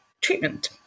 treatment